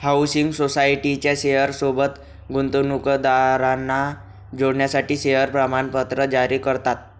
housing सोसायटीच्या share सोबत गुंतवणूकदारांना जोडण्यासाठी शेअर प्रमाणपत्र जारी करतात